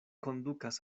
kondukas